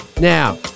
Now